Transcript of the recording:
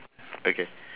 okay